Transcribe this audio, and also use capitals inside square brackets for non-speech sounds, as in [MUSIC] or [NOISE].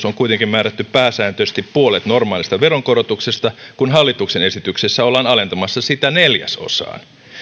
[UNINTELLIGIBLE] on kuitenkin määrätty pääsääntöisesti puolet normaalista veronkorotuksesta kun hallituksen esityksessä ollaan alentamassa sitä neljäsosaan